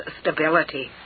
stability